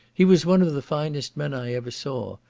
he was one of the finest men i ever saw,